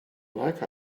like